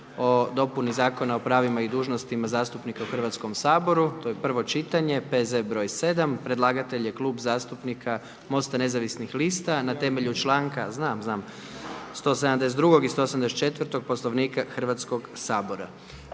o dopuni Zakona o pravima i dužnostima zastupnika u Hrvatskom saboru, prvo čitanje, P.Z. br. 7; Predlagatelj je Klub zastupnika MOST-a nezavisnih lista na temelju članka 172. i 184. Poslovnika Hrvatskog sabora.